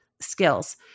skills